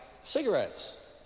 cigarettes